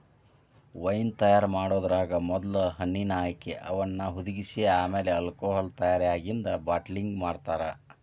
wine ತಯಾರ್ ಮಾಡೋದ್ರಾಗ ಮೊದ್ಲ ಹಣ್ಣಿನ ಆಯ್ಕೆ, ಅವನ್ನ ಹುದಿಗಿಸಿ ಆಮೇಲೆ ಆಲ್ಕೋಹಾಲ್ ತಯಾರಾಗಿಂದ ಬಾಟಲಿಂಗ್ ಮಾಡ್ತಾರ